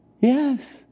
Yes